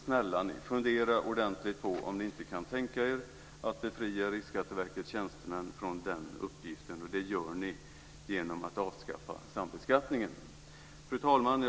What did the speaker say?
Snälla ni, fundera ordentligt på om ni inte kan tänka er att befria Riksskatteverkets tjänstemän från den uppgiften. Det gör ni genom att avskaffa sambeskattningen. Fru talman!